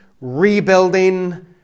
rebuilding